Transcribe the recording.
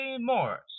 Morris